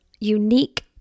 unique